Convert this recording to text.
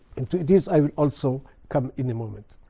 and to this i will also come in the moment.